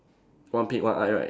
one peak one eye right